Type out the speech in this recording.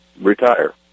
retire